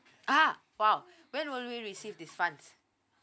ah !wow! when will we receive these funds